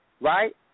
right